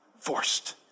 forced